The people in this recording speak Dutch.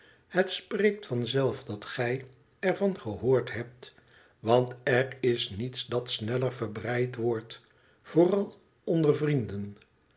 het spreekt van zelf dat gij er van gehoord hebt want er is niets dat sneller verbreid wordt vooral onder vrienden